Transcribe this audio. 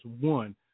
one